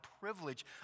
privilege